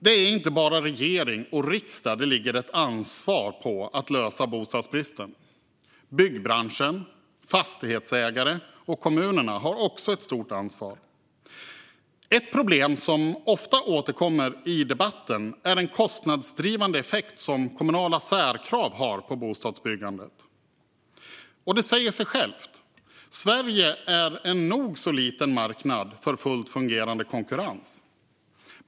Det är inte bara på regering och riksdag det ligger ett ansvar att lösa bostadsbristen. Byggbranschen, fastighetsägare och kommunerna har också ett stort ansvar. Ett problem som ofta återkommer i debatten är den kostnadsdrivande effekt som kommunala särkrav har på bostadsbyggandet. Det säger sig självt - Sverige är en nog så liten marknad för fullt fungerande konkurrens.